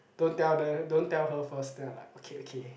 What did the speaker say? don't tell don't tell her first then i like okay okay